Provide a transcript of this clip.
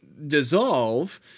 Dissolve